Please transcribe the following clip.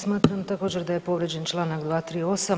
Smatram također da je povrijeđen članak 238.